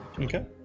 Okay